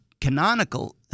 canonical